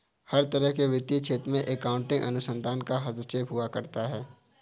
हर तरह के वित्तीय क्षेत्र में अकाउन्टिंग अनुसंधान का हस्तक्षेप हुआ करता है